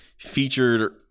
featured